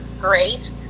great